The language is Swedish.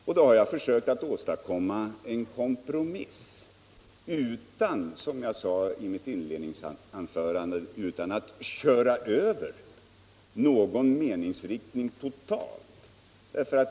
Jag har försökt åstadkomma en kompromiss utan att — vilket jag framhöll i mitt inledningsanförande — köra över någon meningsriktning totalt.